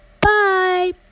Bye